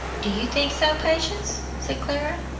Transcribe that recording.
do you think so, patience? said clara.